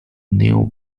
neal